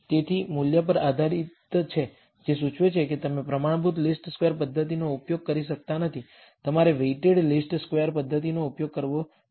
તેથી તે મૂલ્ય પર જ આધારિત છે જે સૂચવે છે કે તમે પ્રમાણભૂત લિસ્ટ સ્કવેર્સ પદ્ધતિનો ઉપયોગ કરી શકતા નથી તમારે વૈટેડ લિસ્ટ સ્કવેર્સ પદ્ધતિનો ઉપયોગ કરવો જોઈએ